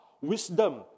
wisdom